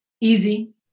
easy